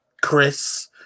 Chris